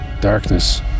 darkness